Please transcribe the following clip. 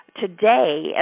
today